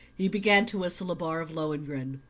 he began to whistle a bar of lohengrin.